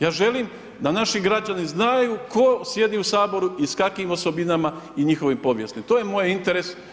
Ja želim da naši građani znaj tko sjedi u Saboru i s kakvim osobinama i njihovim povijesti, to je moj interes.